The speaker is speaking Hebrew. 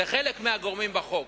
לחלק מהגורמים בחוק,